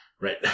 Right